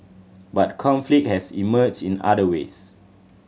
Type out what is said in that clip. but conflict has emerged in other ways